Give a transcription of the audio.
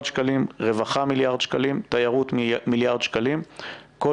שקלים; רווחה מיליארד שקלים; תיירות מיליארד שקלים.